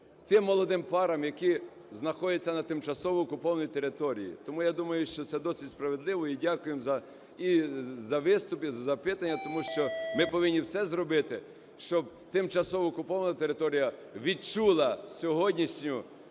тим молодим парам, які знаходяться на тимчасово окупованій території. Тому я думаю, що це досить справедливо і дякуємо за… і за виступ, і за запитання, тому що ми повинні все зробити, щоб тимчасово окупована територія відчула сьогоднішню